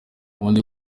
ubundi